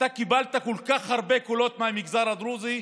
אתה קיבלת כל כך הרבה קולות מהמגזר הדרוזי,